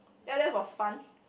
ya that was fun